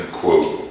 quote